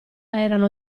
erano